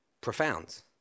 profound